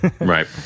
right